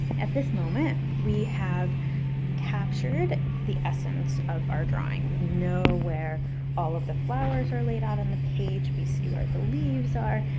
at this moment, we have captured the essence of our drawing. we know where all of the flowers are laid out on the page. we see where the leaves are.